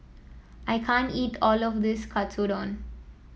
I can't eat all of this Katsudon